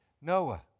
Noah